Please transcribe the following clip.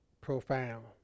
profound